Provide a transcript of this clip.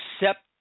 accept